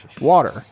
water